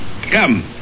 Come